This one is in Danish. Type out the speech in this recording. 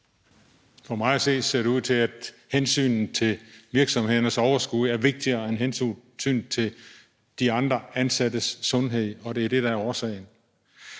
For mig ser det ud til, at hensynet til virksomhedernes overskud er vigtigere end hensynet til de andre ansattes sundhed, og at det er det, der er årsagen.